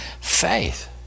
Faith